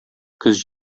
көз